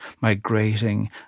migrating